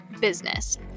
business